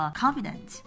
confident